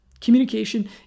communication